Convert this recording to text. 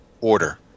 order